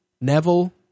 Neville